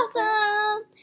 awesome